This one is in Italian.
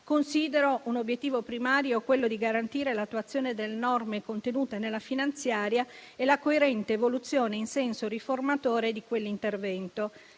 Considero un obiettivo primario quello di garantire l'attuazione delle norme contenute nella finanziaria e la coerente evoluzione in senso riformatore di quell'intervento.